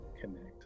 connect